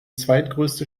zweitgrößte